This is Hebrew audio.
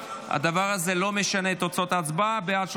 והדבר הזה לא משנה את תוצאות ההצבעה: בעד,